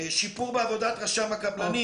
שיפור בעבודת רשם הקבלנים,